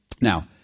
Now